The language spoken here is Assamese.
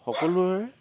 সকলোৰে